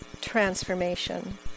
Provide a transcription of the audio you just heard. transformation